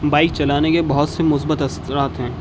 bike چلانے کے بہت سے مثبت اثرات ہیں